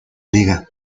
liga